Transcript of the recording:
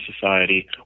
society